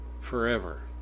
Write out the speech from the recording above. forever